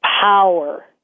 power